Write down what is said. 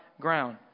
ground